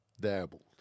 dabbled